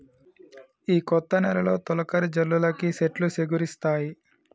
ఈ కొత్త నెలలో తొలకరి జల్లులకి సెట్లు సిగురిస్తాయి